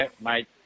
Mate